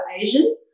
Asian